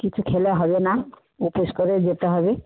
কিছু খেলে হবে না উপোস করে যেতে হবে